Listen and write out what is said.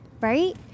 Right